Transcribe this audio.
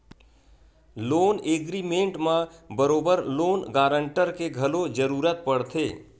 loan agreement म बरोबर loan guarantor के घलो जरुरत पड़थे